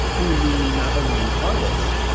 we mean not only artists,